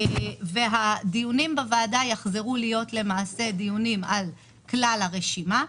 הדיונים בוועדה יחזרו להיות דיונים על כלל הרשימה.